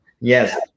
Yes